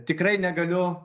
tikrai negaliu